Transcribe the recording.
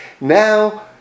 Now